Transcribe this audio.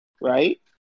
right